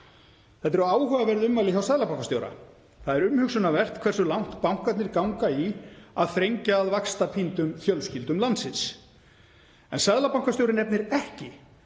Þetta eru áhugaverð ummæli hjá seðlabankastjóra. Það er umhugsunarvert hversu langt bankarnir ganga í að þrengja að vaxtapíndum fjölskyldum landsins. En seðlabankastjóri nefnir ekki